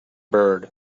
bird